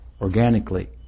organically